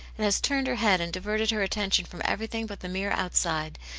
it has turned her head and diverted her attention from everything but the mere outside,